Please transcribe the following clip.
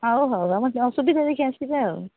ହଉ ହଉ ରହୁଚି ସୁବିଧା ଦେଖି ଆସିବେ ଆଉ